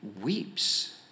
weeps